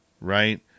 right